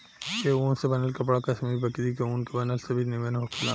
ए ऊन से बनल कपड़ा कश्मीरी बकरी के ऊन के बनल से भी निमन होखेला